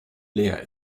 leer